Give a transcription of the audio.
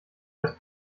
das